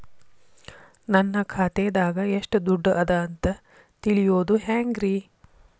ನನ್ನ ಖಾತೆದಾಗ ಎಷ್ಟ ದುಡ್ಡು ಅದ ಅಂತ ತಿಳಿಯೋದು ಹ್ಯಾಂಗ್ರಿ?